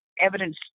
evidence